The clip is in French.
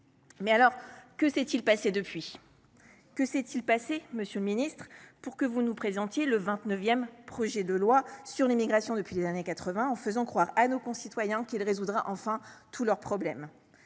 2017. Que s’est il passé depuis lors ? Que s’est il passé, monsieur le ministre, pour que vous nous présentiez le vingt neuvième projet de loi sur l’immigration depuis les années 1980, en faisant croire à nos concitoyens qu’il résoudra enfin tous leurs problèmes ?